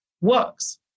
works